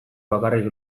bakarrik